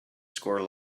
score